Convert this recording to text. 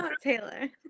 Taylor